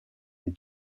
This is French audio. une